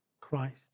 Christ